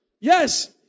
Yes